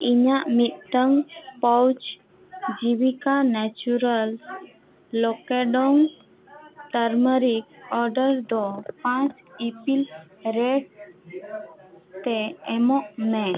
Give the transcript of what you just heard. ᱤᱧᱟᱹᱜ ᱢᱤᱫᱴᱟᱝ pouch Jivika naturals ᱞᱮᱠᱟᱰᱚᱝ ᱴᱟᱨᱢᱟᱨᱤᱠ ᱚᱰᱟᱨ ᱫᱚ ᱯᱟᱸᱪ ᱤᱯᱤᱞ ᱨᱮᱴ ᱛᱮ ᱮᱢᱟᱜ ᱢᱮ